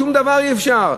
שום דבר אי-אפשר?